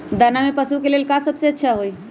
दाना में पशु के ले का सबसे अच्छा होई?